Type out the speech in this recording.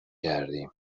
کردیم